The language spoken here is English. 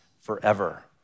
forever